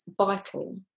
vital